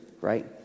right